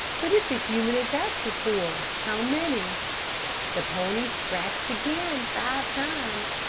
but it's a few minutes after four how many the pony scratched again five times.